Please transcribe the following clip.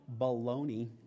Baloney